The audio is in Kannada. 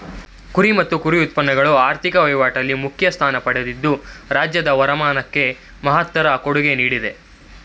ಕುರಿ ಮತ್ತು ಕುರಿ ಉತ್ಪನ್ನಗಳು ಆರ್ಥಿಕ ವಹಿವಾಟಲ್ಲಿ ಮುಖ್ಯ ಸ್ಥಾನ ಪಡೆದಿದ್ದು ರಾಜ್ಯದ ವರಮಾನಕ್ಕೆ ಮಹತ್ತರ ಕೊಡುಗೆ ನೀಡ್ತಿದೆ